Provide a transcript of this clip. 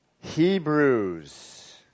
Hebrews